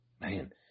Man